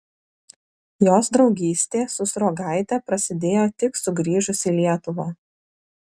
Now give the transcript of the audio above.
jos draugystė su sruogaite prasidėjo tik sugrįžus į lietuvą